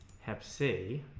hep c